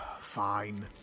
Fine